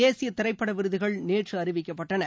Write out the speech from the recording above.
தேசிய திரைப்பட விருதுகள் நேற்று அறிவிக்கப்பட்டன